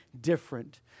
different